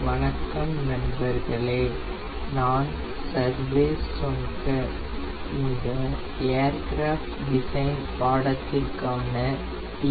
வணக்கம் நண்பர்களே நான் சர்வேஸ் சொன்கர் இந்த ஏர்கிராஃப்ட் டிசைன் பாடத்திற்கான TA